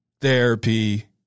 therapy